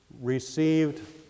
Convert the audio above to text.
received